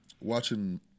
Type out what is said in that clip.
watching